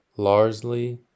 Largely